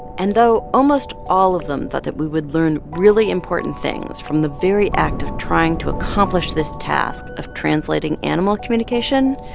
and though almost all of them thought that we would learn really important things from the very act of trying to accomplish this task of translating animal communication,